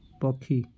ପକ୍ଷୀ